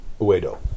Uedo